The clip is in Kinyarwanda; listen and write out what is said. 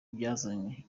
byazanye